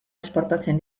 esportatzen